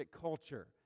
culture